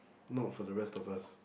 not for the rest of us